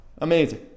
Amazing